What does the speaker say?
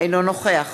אינו נוכח